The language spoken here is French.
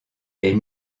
est